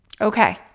okay